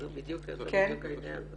זה בדיוק העניין.